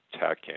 tech